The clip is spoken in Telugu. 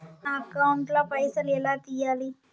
నా అకౌంట్ ల పైసల్ ఎలా తీయాలి?